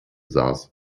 saß